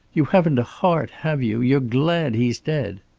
you haven't a heart, have you? you're glad he's dead.